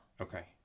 Okay